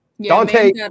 Dante